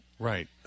Right